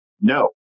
No